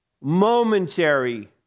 momentary